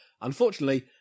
unfortunately